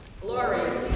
Glory